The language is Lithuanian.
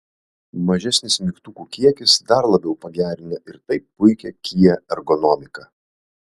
mažesnis mygtukų kiekis dar labiau pagerina ir taip puikią kia ergonomiką